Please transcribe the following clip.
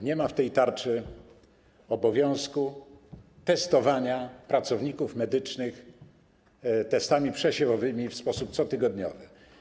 Nie ma w tej tarczy obowiązku testowania pracowników medycznych testami przesiewowymi w sposób cotygodniowy.